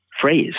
phrase